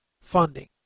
funding